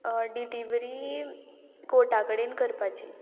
delivery कोर्टा कडेन करपाची